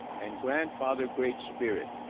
and grandfather, great spirit,